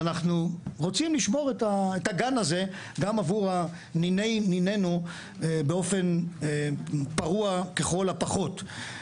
ואנחנו רוצים לשמור על זה גם עבור ניני ניניינו באופן פרוע ככל הפחות.